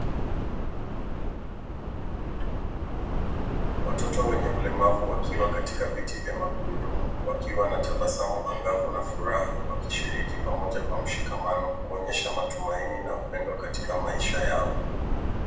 Watoto wenye ulemavu wakiwa katika viti vya magurudumu wakiwa na tabasamu angavu na furaha wakishiriki pamoja kwa mshikamano kuonyesha upendo na matumaini katika maisha yao.